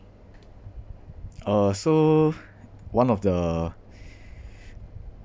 uh so one of the